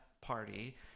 party